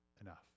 enough